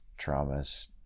traumas